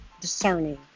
Discerning